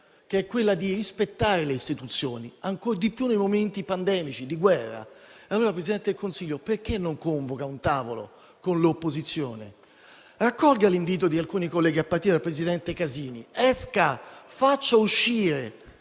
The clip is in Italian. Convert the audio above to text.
che è quella di rispettare le istituzioni, ancor di più nei momenti pandemici o di guerra. Presidente del Consiglio, perché allora non convoca un tavolo con l'opposizione? Raccolga l'invito di alcuni colleghi, a partire dal presidente Casini, esca, faccia uscire